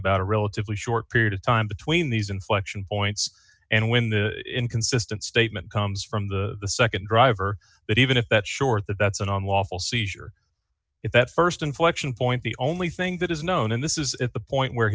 about a relatively short period of time between these inflection points and when the inconsistent statement comes from the nd driver but even if that short that that's an on lawful seizure if that st inflection point the only thing that is known in this is at the point where